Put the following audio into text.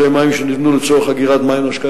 היא נעשתה באורח נמרץ ובאורח יעיל,